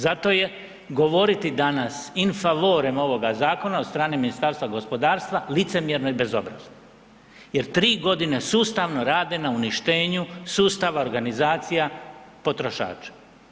Zato je govoriti danas in favorem ovoga zakona od strane Ministarstva gospodarstva licemjerno i bezobrazno jer tri godine sustavno rade na uništenju sustava organizacija potrošača.